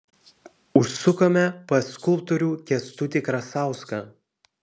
užsukame pas skulptorių kęstutį krasauską